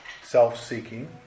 self-seeking